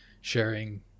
sharing